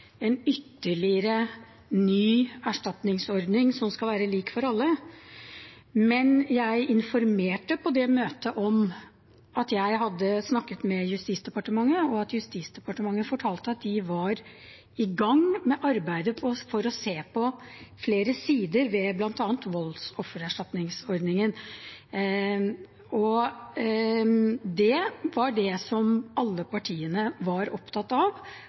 en ytterligere ny erstatningsordning som skal være lik for alle. Men jeg informerte på det møtet om at jeg hadde snakket med Justisdepartementet, og at Justisdepartementet fortalte at de var i gang med arbeidet for å se på flere sider ved bl.a. voldsoffererstatningsordningen. Det var det som alle partiene var opptatt av,